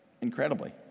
incredibly